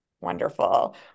Wonderful